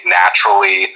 naturally